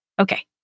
Okay